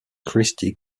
christi